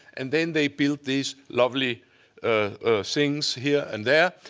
and then they built these lovely things here and there.